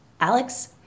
Alex